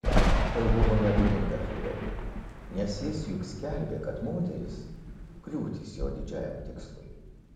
tai buvo nebūdinga fiureriui nes jis juk skelbė kad moterys kliūtis jo didžiajam tikslui